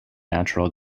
natural